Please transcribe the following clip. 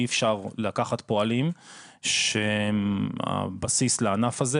אי אפשר לקחת פועלים שהם הבסיס לענף הזה,